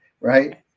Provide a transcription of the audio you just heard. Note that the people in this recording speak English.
Right